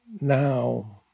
now